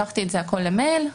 שלחתי הכול למייל,